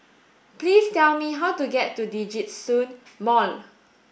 please tell me how to get to Djitsun Mall